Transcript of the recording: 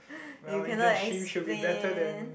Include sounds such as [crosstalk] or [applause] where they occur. [breath] you cannot explain